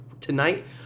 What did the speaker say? tonight